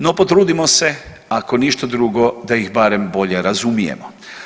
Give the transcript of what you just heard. No, potrudimo se ako ništa drugo da ih barem bolje razumijemo.